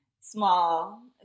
small